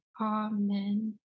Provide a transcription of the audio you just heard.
Amen